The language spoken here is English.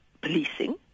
policing